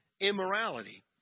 immorality